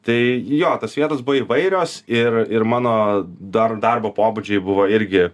tai jo tos vietos buvo įvairios ir ir mano dar darbo pobūdžiai buvo irgi